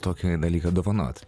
tokį dalyką dovanot